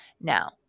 Now